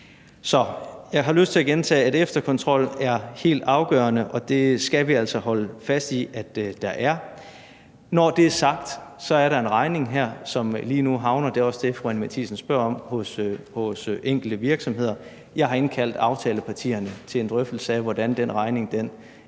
jeg har lyst til at gentage, at efterkontrol er helt afgørende, og det skal vi altså holde fast i at det er. Når det er sagt, er der her en regning, som lige nu havner – og det er også det, fru Anni Matthiesen spørger til – hos enkelte virksomheder. Jeg har indkaldt aftalepartierne til en drøftelse af, hvordan den regning i